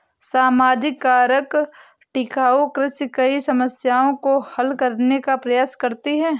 सामाजिक कारक टिकाऊ कृषि कई समस्याओं को हल करने का प्रयास करती है